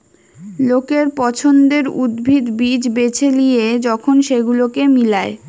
লোকের পছন্দের উদ্ভিদ, বীজ বেছে লিয়ে যখন সেগুলোকে মিলায়